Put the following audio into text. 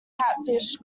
catfish